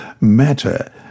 matter